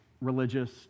religious